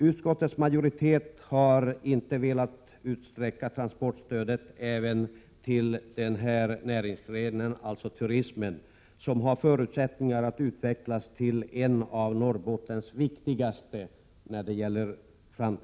Utskottets majoritet har dock inte velat utsträcka transportstödet även till turismen, som har förutsättningar att utvecklas till en av Norrbottens viktigaste näringsgrenen.